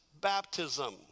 baptism